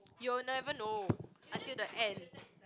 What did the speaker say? you will never know until the end